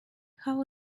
how